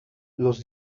los